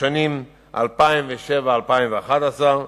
בשנים 2007 2011,